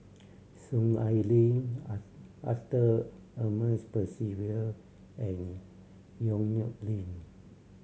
Soon Ai Ling Arthur Ernest Percival and Yong Nyuk Lin